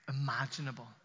imaginable